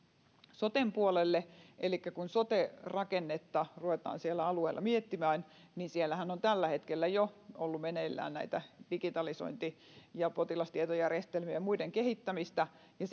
soten puolelle elikkä kun sote rakennetta ruvetaan siellä alueella miettimään niin siellähän on tällä hetkellä jo ollut meneillään näitä digitalisointi ja potilastietojärjestelmien ja muiden kehittämistä ja